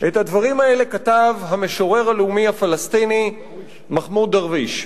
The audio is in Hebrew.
את הדברים האלה כתב המשורר הלאומי הפלסטיני מחמוד דרוויש.